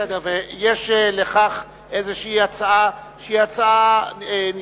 ויש לכך איזו הצעה שהיא נספחת,